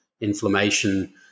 inflammation